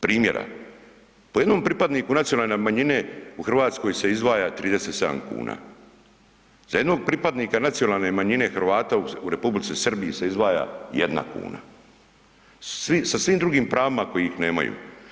Primjera, po jednom pripadniku nacionalne manjine u Hrvatskoj se izdvaja 37 kuna, za jednog pripadnika nacionalne manjine Hrvata u Republici Srbiji se izdvaja 1 kuna, sa svim drugim pravima kojih nemaju.